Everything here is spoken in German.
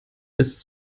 ist